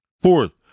Fourth